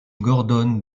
gordon